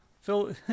Phil